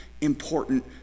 important